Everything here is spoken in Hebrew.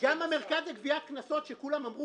--- גם המרכז לגביית קנסות שכולם אמרו